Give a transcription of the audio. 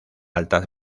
alta